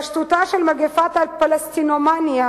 התפשטותה של מגפת ה"פלסטינומאניה"